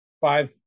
five